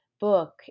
book